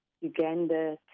Uganda